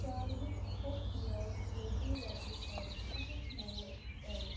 چاروِک ہوٚکھ میوٕ لوڈوٗ رۄپیہِ کر شیٚے ہتھ مول ایٚڈ